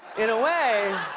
in a way,